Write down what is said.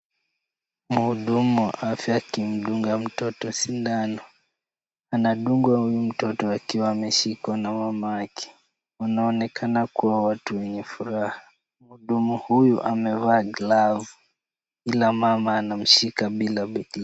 Mhudumu wa afya akimdunga mtoto sindano. Anadunga huyu mtoto akiwa ameshikwa na mamake. Anaonekana kuwa watu wenye furaha. Mhudumu huyu amevaa glove , ila mama anamshika bila bidii.